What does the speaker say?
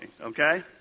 okay